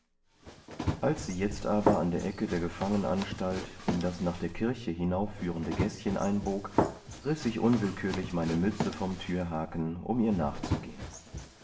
als sie jetzt aber an der ecke der gefangenanstalt in das nach der kirche hinaufführende gäßchen einbog riß ich unwillkürlich meine mütze vom türhaken um ihr nachzugehen